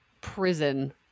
prison